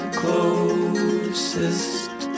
closest